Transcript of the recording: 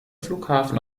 flughafen